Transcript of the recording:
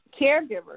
caregivers